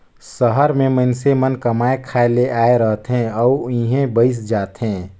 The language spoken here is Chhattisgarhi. सहर में मइनसे मन कमाए खाए ले आए रहथें अउ इहें बइस जाथें